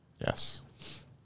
Yes